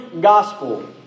gospel